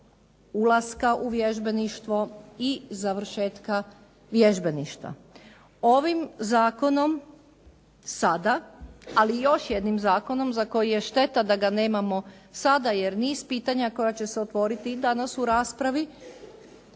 ulaska u vježbeništvo i završetka vježbeništva. Ovim zakonom sada ali i još jednim zakonom za koji je šteta da ga nemamo sada jer niz pitanja koja će se otvoriti danas u raspravi